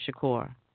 Shakur